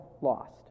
lost